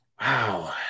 Wow